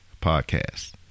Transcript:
Podcast